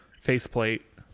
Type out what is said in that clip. faceplate